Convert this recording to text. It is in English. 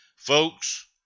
Folks